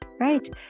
Right